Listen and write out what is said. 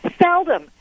Seldom